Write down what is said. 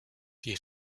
die